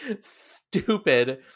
stupid